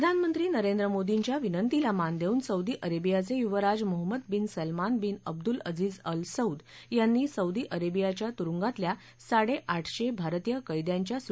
प्रधानमंत्री नरेंद्र मोर्दीच्या विनंतीला मान देऊन सौदी अरेबियाचे युवराज Mohammed bin Salman bin Abdul अज्ञीज अल सौद यांनी सौदी अरेबियाच्या तुरुंगातल्या साडेआठशे भारतीय कैद्यांच्या सु